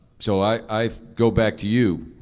so i i go back to you,